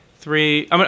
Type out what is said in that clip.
Three